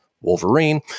Wolverine